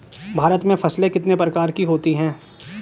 भारत में फसलें कितने प्रकार की होती हैं?